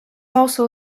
also